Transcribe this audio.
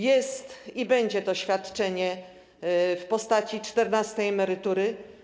Jest i będzie to świadczenie w postaci czternastej emerytury.